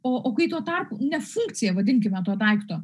o o kai tuo tarpu ne funkcija vadinkime to daikto